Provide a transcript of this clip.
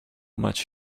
much